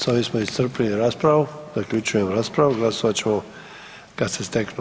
S ovim smo iscrpili raspravu, zaključujem raspravu, glasovat ćemo kad se steknu